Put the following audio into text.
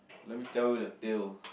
let me tell you the tale